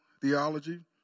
theology